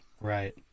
Right